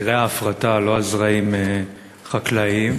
זרעי ההפרטה, לא הזרעים החקלאיים,